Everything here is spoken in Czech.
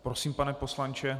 Prosím, pane poslanče.